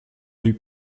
rue